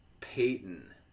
Peyton